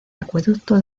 acueducto